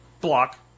block